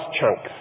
chunks